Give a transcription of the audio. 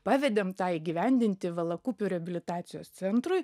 pavedėm tą įgyvendinti valakupių reabilitacijos centrui